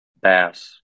bass